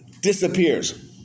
disappears